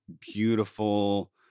beautiful